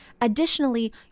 Additionally